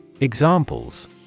Examples